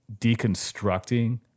deconstructing